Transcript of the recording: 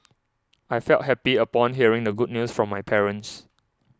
I felt happy upon hearing the good news from my parents